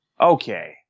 Okay